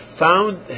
found